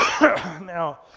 Now